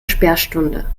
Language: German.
sperrstunde